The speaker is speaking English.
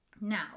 Now